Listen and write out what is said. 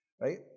Right